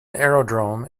aerodrome